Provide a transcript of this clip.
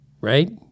Right